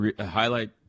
highlight